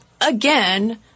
again